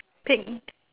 pink